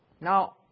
Now